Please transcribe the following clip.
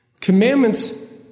Commandments